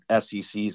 SECs